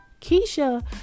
Keisha